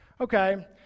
okay